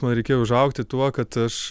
man reikėjo užaugti tuo kad aš